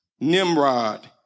Nimrod